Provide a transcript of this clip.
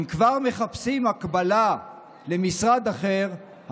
אם כבר מחפשים הקבלה למשרד אחר,